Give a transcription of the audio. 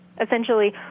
essentially